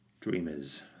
Dreamers